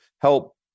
help